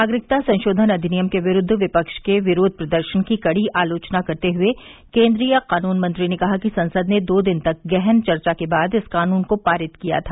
नागरिकता संशोधन अधिनियम के विरूद्ध विपक्ष के विरोध प्रदर्शन की कड़ी आलोचना करते हुए केन्द्रीय कानून मंत्री ने कहा कि संसद ने दो दिन तक गहन चर्चा के बाद इस कानून को पारित किया था